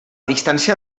distància